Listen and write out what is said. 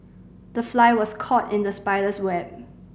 the fly was caught in the spider's web